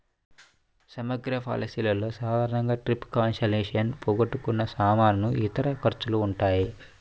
సమగ్ర పాలసీలలో సాధారణంగా ట్రిప్ క్యాన్సిలేషన్, పోగొట్టుకున్న సామాను, ఇతర ఖర్చులు ఉంటాయి